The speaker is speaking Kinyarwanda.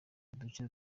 duce